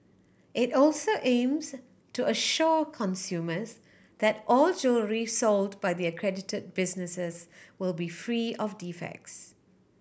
it also aims to assure consumers that all jewellery sold by the accredited businesses will be free of defects